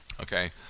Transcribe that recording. okay